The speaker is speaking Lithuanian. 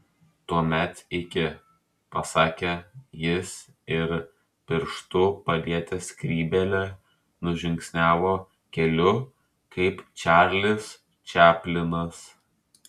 tuomet iki pasakė jis ir pirštu palietęs skrybėlę nužingsniavo keliu kaip čarlis čaplinas